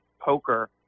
poker